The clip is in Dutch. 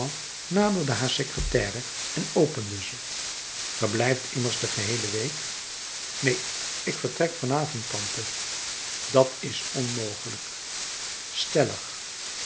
en opende ze ge blijft immers de geheele week neen ik vertrek van avond tante dat is onmogelijk stellig